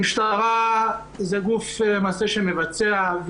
המשטרה זה גוף מטה שמבצע,